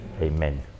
Amen